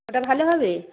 ওটা ভালো হবে